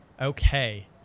Okay